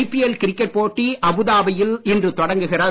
IPL cricket போட்டி அபுதாபியில் இன்று தொடங்குகிறது